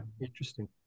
Interesting